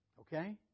Okay